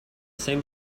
same